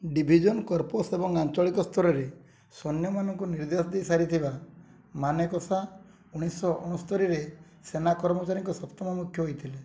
division corps ଏବଂ ଆଞ୍ଚଳିକ ସ୍ତରରେ ସୈନ୍ୟମାନଙ୍କୁ ନିର୍ଦ୍ଦେଶ ଦେଇସାରିଥିବା ମାନେକଶା ଉଣେଇଶହ ଅଣସ୍ତୋରୀରେ ସେନା କର୍ମଚାରୀଙ୍କ ସପ୍ତମ ମୁଖ୍ୟ ହେଇଥିଲେ